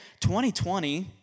2020